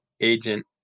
agent